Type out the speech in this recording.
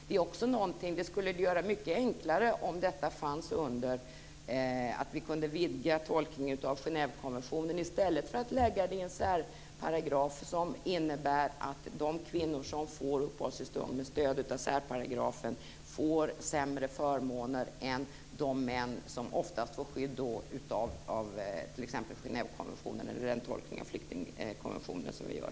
Det skulle göra det mycket enklare om vi kunde vidga tolkningen av Genèvekonventionen, i stället för att lägga det i en särparagraf som innebär att de kvinnor som får uppehållstillstånd med stöd av särparagrafen får sämre förmåner än de män som oftast får skydd av t.ex. Genèvekonventionen eller den tolkning av flyktingkonventionen som vi gör.